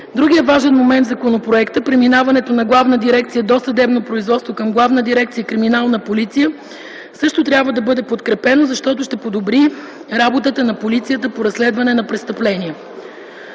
Другият важен момент в законопроекта – преминаването на Главна дирекция „Досъдебно производство” към Главна дирекция „Криминална полиция”, също трябва да бъде подкрепено, защото ще подобри работата на полицията по разследване на престъпления.